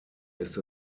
ist